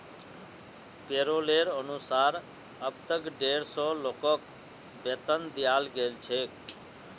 पैरोलेर अनुसार अब तक डेढ़ सौ लोगक वेतन दियाल गेल छेक